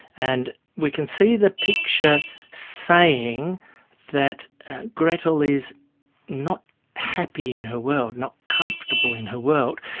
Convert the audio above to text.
and we can see the picture saying that gretl is not happy in her world, not comfortable in her world.